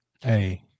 Hey